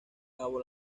cabo